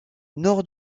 nord